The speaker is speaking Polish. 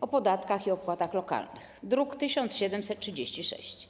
o podatkach i opłatach lokalnych, druk nr 1736.